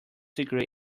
degree